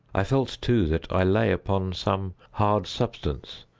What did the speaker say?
i felt, too, that i lay upon some hard substance,